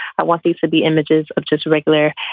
i want these to be images of just regular,